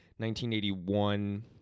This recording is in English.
1981